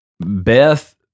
Beth